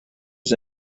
his